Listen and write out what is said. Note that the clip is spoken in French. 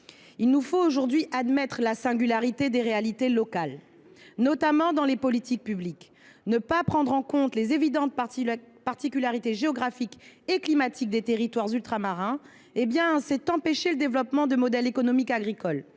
Il nous faut aujourd’hui admettre la singularité des réalités locales, notamment dans les politiques publiques. Ne pas prendre en compte les évidentes particularités géographiques et climatiques des territoires ultramarins, c’est empêcher le développement de modèles économiques agricoles.